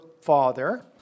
father